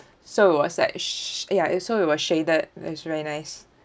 so it was like sh~ ya it so it was shaded it's very nice